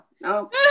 no